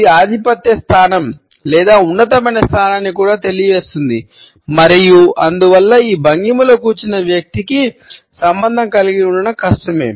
ఇది ఆధిపత్య స్థానం లేదా ఉన్నతమైన స్థానాన్ని కూడా తెలియజేస్తుంది మరియు అందువల్ల ఈ భంగిమలో కూర్చున్న వ్యక్తితో సంబంధం కలిగి ఉండటం కష్టం